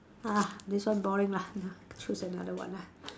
!ugh! this one boring lah nah choose another one lah